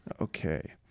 Okay